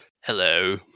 Hello